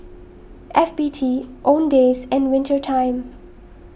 F B T Owndays and Winter Time